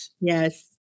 Yes